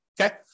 Okay